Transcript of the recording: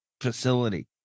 facility